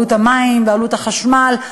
עלות המים ועלות החשמל,